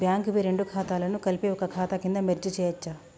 Bank వి రెండు ఖాతాలను కలిపి ఒక ఖాతా కింద మెర్జ్ చేయచ్చా?